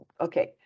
Okay